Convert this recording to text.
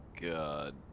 God